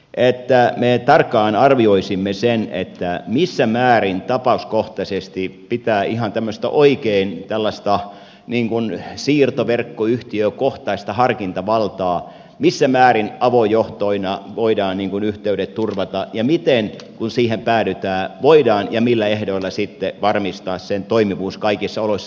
että me tarkkaan arvioisimme sen missä määrin tapauskohtaisesti pitää olla ihan tämmöistä siirtoverkkoyhtiökohtaista harkintavaltaa missä määrin avojohtoina voidaan yhteydet turvata ja miten kun siihen päädytään voidaan ja millä ehdoilla sitten varmistaa sen toimivuus kaikissa oloissa